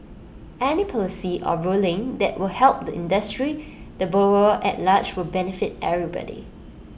any policy or ruling that will help the industry the borrower at large will benefit everybody